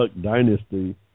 Dynasty